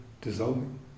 dissolving